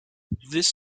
this